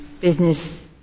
business